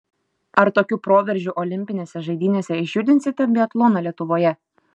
ar tokiu proveržiu olimpinėse žaidynėse išjudinsite biatloną lietuvoje